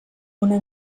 una